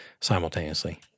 simultaneously